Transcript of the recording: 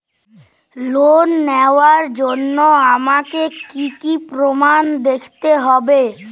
Loan নেওয়ার জন্য আমাকে কী কী প্রমাণ দেখতে হবে?